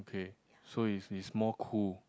okay so is is more cool